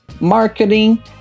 marketing